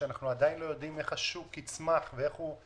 שאנחנו עדיין לא יודעים איך השוק ייצמח ואיך